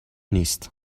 نیست